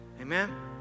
Amen